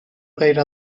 غیر